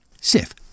Sif